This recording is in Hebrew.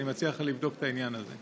אני מציע לך לבדוק את העניין הזה.